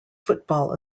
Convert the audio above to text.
football